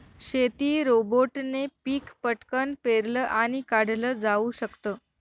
शेती रोबोटने पिक पटकन पेरलं आणि काढल जाऊ शकत